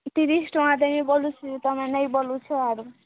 ତିରିଶ ଟଆଁ ଦେମି ବୋଲୁଛି ତୁମେ ନେଇଁ ବୋଲୁଛ ଆରୁ